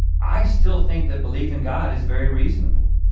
i still think that belief in god is very reasonable.